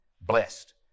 blessed